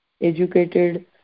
educated